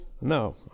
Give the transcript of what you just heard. No